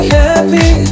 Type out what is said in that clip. happy